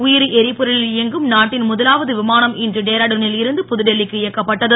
உயிரி எரிபொருளில் இயங்கும் நாட்டின் முதலாவது விமானம் இன்று டேராடூனில் இருந்து புதுடெல்லிக்கு இயக்கப்பட்டது